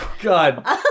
God